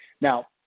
Now